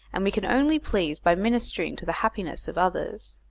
and we can only please by ministering to the happiness of others.